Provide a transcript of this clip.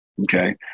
Okay